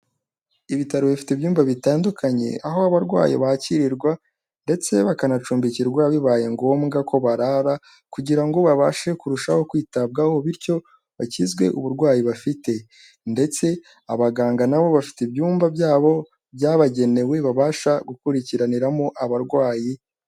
Ibitaro bifite ibyumba bitandukanye, aho abarwayi bakirirwa ,ndetse bakanacumbikirwa bibaye ngombwa ko barara, kugira ngo babashe kurushaho kwitabwaho, bityo bakizwe uburwayi bafite. Ndetse abaganga nabo bafite ibyumba byabo byabagenewe ,babasha gukurikiraniramo abarwayi.